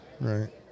right